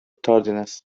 tardiness